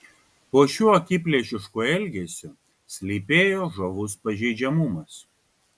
po šiuo akiplėšišku elgesiu slypėjo žavus pažeidžiamumas